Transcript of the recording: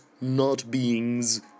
not-beings